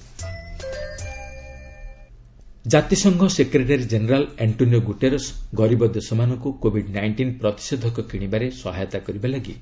Guterres vaccine ଜାତିସଂଘ secretary general Antonio Guterres ଗରିବ ଦେଶମାନଙ୍କୁ କୋବିଡ୍ ନାଇଷ୍ଟିନ୍ ପ୍ରତିଷେଧକ କିଣିବାରେ ସହାୟତା କରିବା ଲାଗି